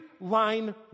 line